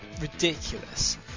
ridiculous